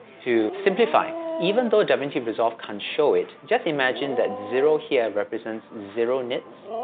to simplify even though davinci resolve can't show it, just imagine that zero here represents zero nits,